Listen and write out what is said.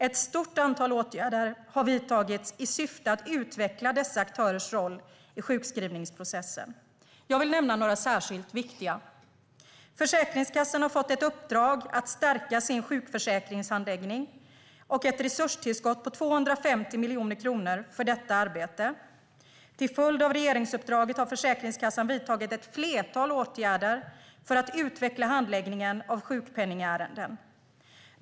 Ett stort antal åtgärder har vidtagits i syfte att utveckla dessa aktörers roll i sjukskrivningsprocessen. Jag vill nämna några särskilt viktiga. Försäkringskassan har fått i uppdrag att stärka sin sjukförsäkringshandläggning och ett resurstillskott på 250 miljoner kronor för detta arbete. Till följd av regeringsuppdraget har Försäkringskassan vidtagit ett flertal åtgärder för att utveckla handläggningen av sjukpenningärenden.